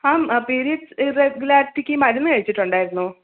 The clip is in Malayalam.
മാം പീരീഡ്സ് ഇറെഗുലാരിറ്റിക്ക് മരുന്ന് കഴിച്ചിട്ടുണ്ടായിരുന്നോ